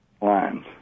lines